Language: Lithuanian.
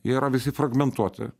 jie yra visi fragmentuoti